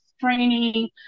training